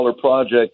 project